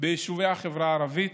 ביישובי החברה הערבית,